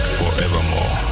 forevermore